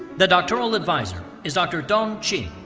the doctoral advisor is dr. dong qin.